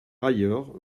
ailleurs